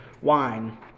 wine